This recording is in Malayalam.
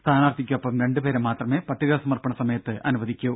സ്ഥാനാർഥിക്കൊപ്പം രണ്ട് പേരെ മാത്രമേ പത്രിക സമർപ്പണ സമയത്ത് അനുവദിക്കൂ